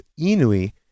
Inui